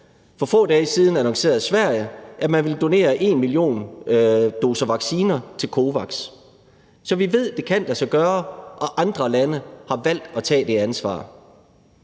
For få dage siden annoncerede Sverige, at man vil donere en million doser vaccine til COVAX. Så vi ved, at det kan lade sig gøre, og andre lande har valgt at tage det ansvar.